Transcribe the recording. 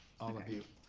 all of you